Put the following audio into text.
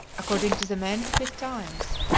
according to the men of his times,